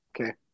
okay